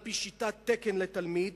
על-פי שיטת תקן לתלמיד,